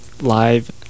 live